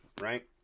right